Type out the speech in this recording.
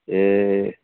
ए